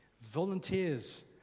volunteers